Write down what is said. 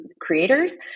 creators